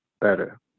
better